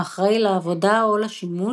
האחראי לעבודה או לשימוש,